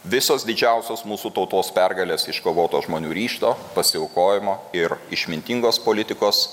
visos didžiausios mūsų tautos pergalės iškovotos žmonių ryžto pasiaukojimo ir išmintingos politikos